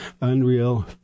Unreal